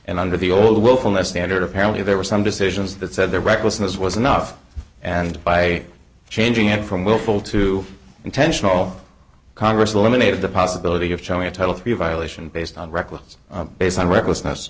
and under the old willfulness standard apparently there were some decisions that said the recklessness was enough and by changing it from willful to intentional congress eliminated the possibility of showing a total three violation based on reckless based on recklessness